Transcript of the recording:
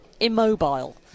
immobile